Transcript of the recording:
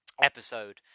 episode